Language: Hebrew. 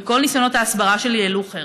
וכל ניסיונות ההסברה שלי העלו חרס.